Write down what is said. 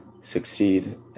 succeed